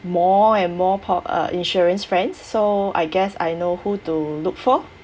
more and more po~ uh insurance friends so I guess I know who to look for